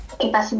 kita